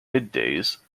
middays